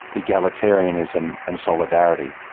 egalitarianism and solidarity.